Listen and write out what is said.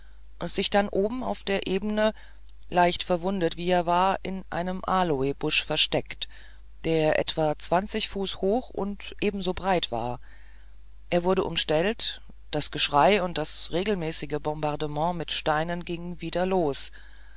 und sich dann oben auf der ebene leicht verwundet wie er war in einem aloebusch versteckt der etwa zwanzig fuß hoch und ebenso breit war er wurde umstellt das geschrei und das regelmäßige bombardement mit steinen ging wieder los